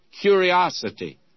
curiosity